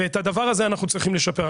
ואת הדבר הזה אנחנו צריכים לשפר.